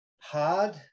hard